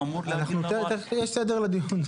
אמור להגיד לנו מה- -- יש סדר לדיון,